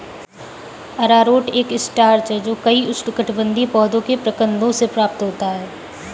अरारोट एक स्टार्च है जो कई उष्णकटिबंधीय पौधों के प्रकंदों से प्राप्त होता है